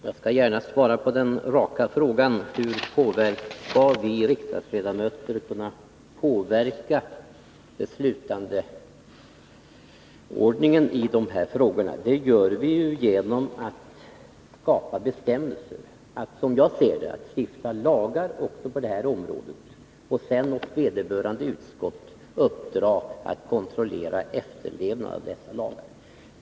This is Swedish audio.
Fru talman! Jag skall gärna svara på den raka frågan hur vi riksdagsledamöter skall kunna påverka beslutsordningen i de här ärendena. Det gör vi ju, som jag ser det, genom att skapa bestämmelser och stifta lagar också på detta område och sedan uppdra åt vederbörande utskott att kontrollera efterlevnaden av dessa lagar.